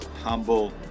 humble